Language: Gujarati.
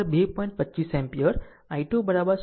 25 એમ્પીયરI2 0